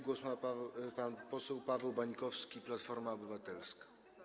Głos ma pan poseł Paweł Bańkowski, Platforma Obywatelska.